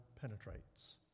penetrates